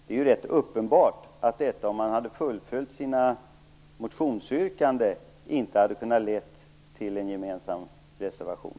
Det är rätt uppenbart att man om man hade fullföljt sina motionsyrkanden inte hade kunnat få fram en gemensam reservation.